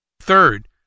Third